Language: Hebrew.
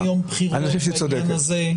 אני חושב שהיא צודקת.